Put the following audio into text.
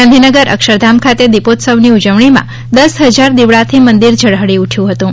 ગાંધીનગર અક્ષરધામ ખાતે દિપોત્સવની ઉજવણીમાં દસ હજાર દીવડાથી મંદિર ઝળહળી ઉઠયું હતું